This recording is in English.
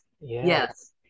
Yes